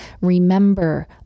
Remember